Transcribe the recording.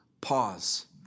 pause